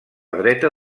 dreta